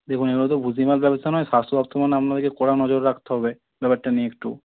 দেখুন এগুলো তো ভূষিমাল ব্যবসা নয় স্বাস্থ্য দপ্তর মানে আপনাদেরকে কড়া নজর রাখতে হবে ব্যাপারটা নিয়ে একটু